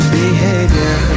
behavior